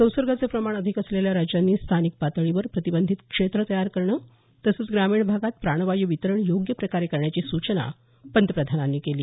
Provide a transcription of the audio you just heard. संसर्गाचं प्रमाण अधिक असलेल्या राज्यांनी स्थानिक पातळीवर प्रतिबंधित क्षेत्रं तयार करणं तसंच ग्रामीण भागात प्राणवायू वितरण योग्य प्रकारे करण्याची सूचना पंतप्रधानांनी केली